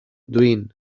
duin